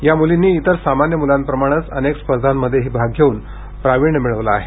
या मुलींनी इतर सामान्य मुलांप्रमाणेच अनेक स्पर्धामध्येही भाग घेऊन प्रावीण्य मिळवला आहे